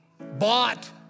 bought